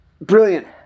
Brilliant